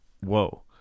whoa